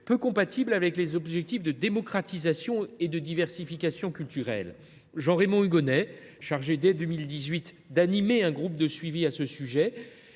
peu compatible avec les objectifs de démocratisation et de diversification culturelles. Jean Raymond Hugonet, chargé dès 2018 d’animer un groupe de suivi à ce sujet,